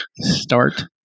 Start